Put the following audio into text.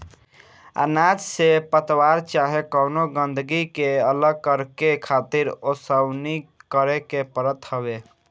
अनाज से पतवार चाहे कवनो गंदगी के अलग करके खातिर ओसवनी करे के पड़त हवे